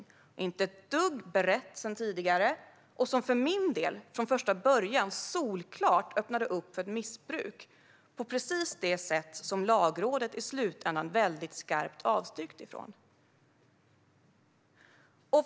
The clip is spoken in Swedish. Det förslaget är inte ett dugg berett sedan tidigare, och för min del var det solklart från första början att det öppnade för ett missbruk på precis det sätt som Lagrådet i slutändan varnade för och därför avstyrkte förslaget.